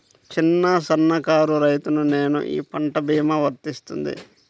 చిన్న సన్న కారు రైతును నేను ఈ పంట భీమా వర్తిస్తుంది?